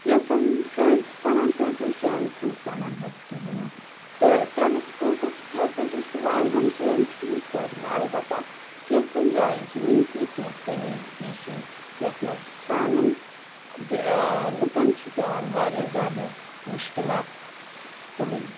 کینٛژھن جایَن چھِ سَنان کٲنٛسٮ۪ن جایَن چھِنہٕ سَنان حظ کِہیٖنۍ نہٕ تہٕ ٹرٛانَسپوٹُک فیسَلٹی چھِ واریَہَن جایَن ٹھیٖک تویتہِ وَ البتہ کینٛژھن جایَن چھِ وٕنہِ تہِ کینٛہہ کٔمی پیٖشی یَتھ منٛز سانٮ۪ن لٕکَن چھِ پٮ۪وان واریاہ زیادٕ مُشکِلات تُلٕنۍ